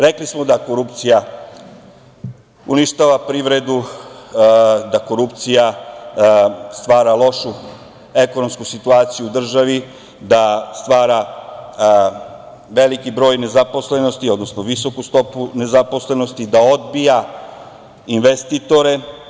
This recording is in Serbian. Rekli smo da korupcija uništava privredu, da korupcija stvar lošu ekonomsku situaciju u državi, da stvara veliki broj nezaposlenosti, odnosno visoku stopu nezaposlenosti i da odbija investitore.